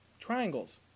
triangles